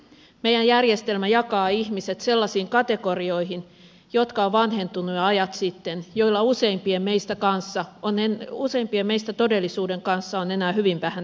meidän järjestelmämme jakaa ihmiset sellaisiin kategorioihin jotka ovat vanhentuneet jo ajat sitten joilla useimpien meistä kanssa onnen ja useimpia meistä todellisuuden kanssa on enää hyvin vähän tekemistä